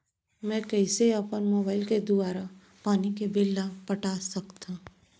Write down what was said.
मैं कइसे अपन मोबाइल के दुवारा पानी के बिल ल पटा सकथव?